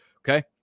Okay